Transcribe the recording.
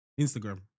Instagram